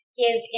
give